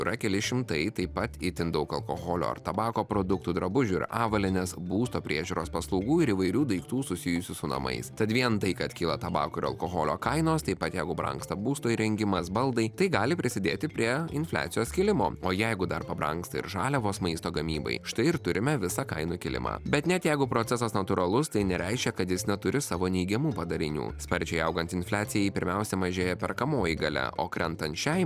yra keli šimtai taip pat itin daug alkoholio ar tabako produktų drabužių ir avalynės būsto priežiūros paslaugų ir įvairių daiktų susijusių su namais tad vien tai kad kyla tabako ir alkoholio kainos taip pat jeigu brangsta būsto įrengimas baldai tai gali prisidėti prie infliacijos kilimo o jeigu dar pabrangsta ir žaliavos maisto gamybai štai ir turime visą kainų kilimą bet net jeigu procesas natūralus tai nereiškia kad jis neturi savo neigiamų padarinių sparčiai augant infliacijai pirmiausia mažėja perkamoji galia o krentant šiai